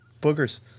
boogers